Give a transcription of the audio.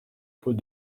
pots